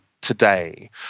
today